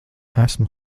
esmu